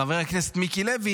חבר הכנסת מיקי לוי,